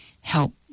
help